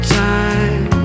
time